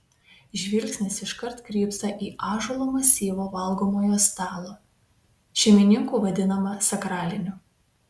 žvilgsnis iškart krypsta į ąžuolo masyvo valgomojo stalą šeimininkų vadinamą sakraliniu